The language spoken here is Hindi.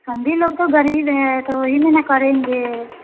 हम भी लोग तो ग़रीब हैं तो वही में ना करेंगे